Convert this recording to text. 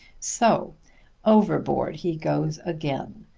so overboard he goes again,